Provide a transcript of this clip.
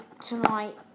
tonight